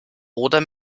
oder